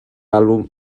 àlbum